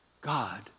God